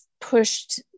pushed